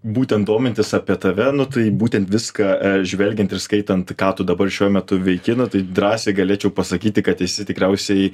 būtent domintis apie tave nu tai būtent viską e žvelgiant ir skaitant ką tu dabar šiuo metu veiki nu tai drąsiai galėčiau pasakyti kad esi tikriausiai